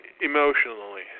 Emotionally